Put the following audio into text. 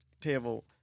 table